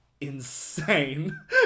insane